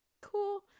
cool